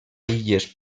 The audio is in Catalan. illes